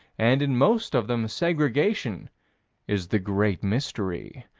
and in most of them segregation is the great mystery.